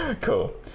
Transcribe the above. Cool